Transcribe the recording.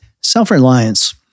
Self-reliance